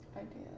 idea